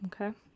Okay